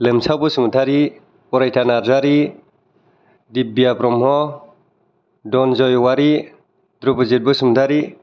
Lomsao Basumatary Araytha Narzary Dibiya Brahma Dhananjay Owari Dhrubajit Basumatary